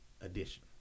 edition